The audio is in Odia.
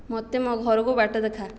ମୋତେ ମୋ ଘରକୁ ବାଟ ଦେଖା